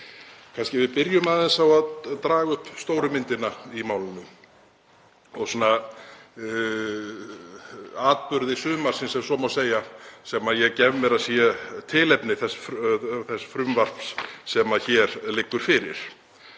Kannski við byrjum á að draga upp stóru myndina í málinu og atburði sumarsins, ef svo má segja, sem ég gef mér að séu tilefni þess frumvarps sem hér liggur fyrir.